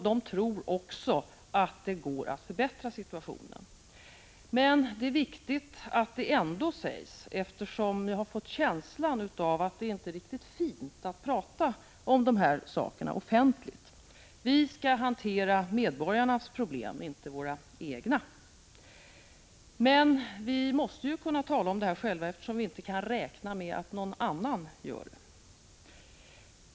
De tror också att det går att förbättra situationen. Men det är viktigt att det ändå sägs, eftersom jag har fått en känsla av att det inte är riktigt fint att prata om de här sakerna offentligt. Vi skall hantera medborgarnas problem, inte våra egna. Men vi måste kunna tala om detta själva, eftersom vi inte kan räkna med att någon annan gör det.